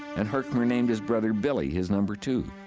and herchmer named his brother billy, his number two.